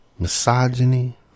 Misogyny